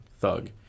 Thug